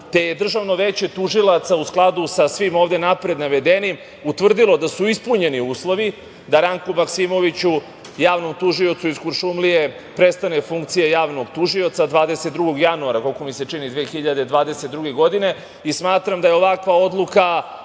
te je Državno veće tužilaca u skladu sa svim ovde napred navedenim, utvrdilo da su ispunjeni uslovi da Ranku Maksimoviću, javnom tužiocu iz Kuršumlije prestane funkcija javnog tužioca 22. januara 2022. godine. Smatram da je ovakva odluka